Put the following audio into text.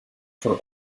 for